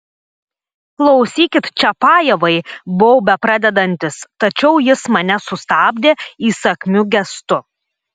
klausykit čiapajevai buvau bepradedantis tačiau jis mane sustabdė įsakmiu gestu